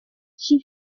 she